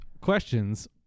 questions